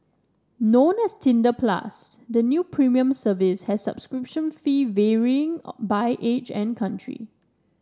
known as Tinder Plus the new premium service has subscription fee varying by age and country